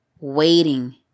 waiting